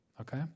Okay